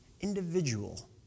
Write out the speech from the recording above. individual